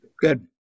Good